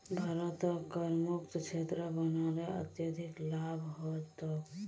भारतक करमुक्त क्षेत्र बना ल अत्यधिक लाभ ह तोक